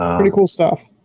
ah pretty cool stuff.